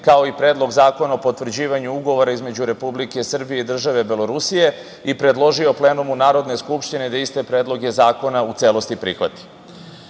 kao i Predlog zakona o potvrđivanju Ugovora između Republike Srbije i države Belorusije i predložio plenumu Narodne skupštine da iste predloge zakona u celosti prihvati. Na